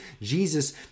Jesus